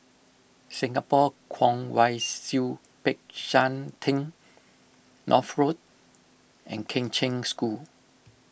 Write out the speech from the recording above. Singapore Kwong Wai Siew Peck San theng North Road and Kheng Cheng School